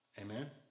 Amen